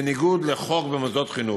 בניגוד לחוק במוסדות חינוך.